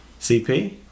CP